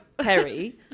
perry